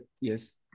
yes